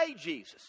Jesus